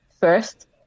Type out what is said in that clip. first